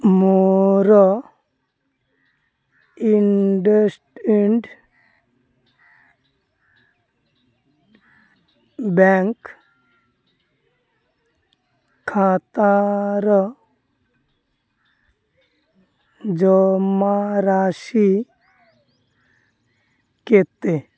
ମୋର IndusInd bank ଖାତାର ଜମାରାଶି କେତେ